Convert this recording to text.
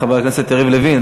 עם חבר הכנסת יריב לוין,